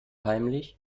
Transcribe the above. heimlich